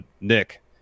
Nick